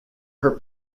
her